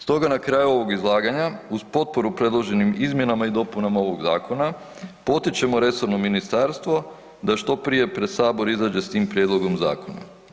Stoga na kraju ovog izlaganja uz potporu predloženim izmjenama i dopunama ovog zakona potičemo resorno ministarstvo da što prije pred sabor izađe s tim prijedlogom zakona.